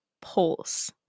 Pulse